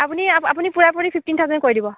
আপুনি আপুনি পূৰা পূৰি ফিফ্টিন থাউজেণ্ড কৰি দিব